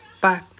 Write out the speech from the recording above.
bye